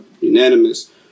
Unanimous